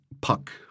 puck